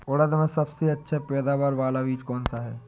उड़द में सबसे अच्छा पैदावार वाला बीज कौन सा है?